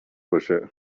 باشه